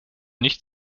nicht